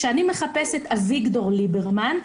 כשאני מחפשת: אביגדור ליברמן,